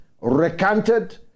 recanted